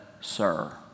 Sir